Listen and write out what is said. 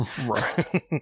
Right